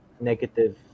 negative